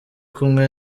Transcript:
kumwe